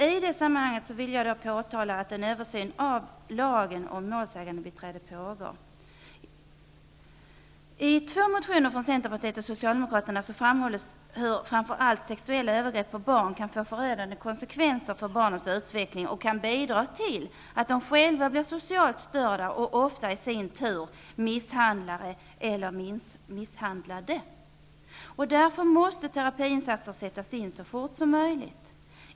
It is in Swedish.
I det sammanhanget vill jag påtala att en översyn av lagen om målsägandebiträde pågår. I två motioner, från centerpartiet och socialdemokraterna, framhålls att framför allt sexuella övergrepp på barn kan få förödande konsekvenser för barnens utveckling och bidra till att de själva blir socialt störda och ofta i sin tur misshandlare eller misshandlade. Därför måste terapiinsatser sättas in så fort som möjligt.